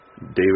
David